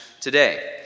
today